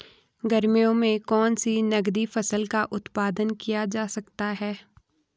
गर्मियों में कौन सी नगदी फसल का उत्पादन किया जा सकता है?